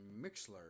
Mixler